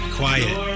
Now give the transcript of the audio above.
quiet